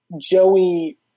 Joey